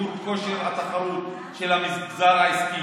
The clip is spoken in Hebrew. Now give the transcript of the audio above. שיפור כושר התחרות של המגזר העסקי,